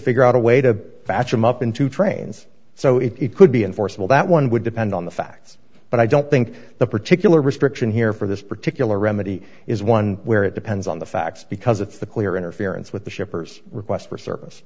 figure out a way to catch him up in two trains so it could be enforceable that one would depend on the facts but i don't think the particular restriction here for this particular remedy is one where it depends on the facts because if the clear interference with the shippers request for service